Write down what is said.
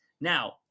now